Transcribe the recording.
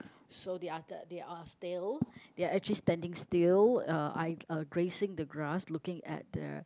so the other they are still they are actually standing still uh I uh grazing the grass looking at the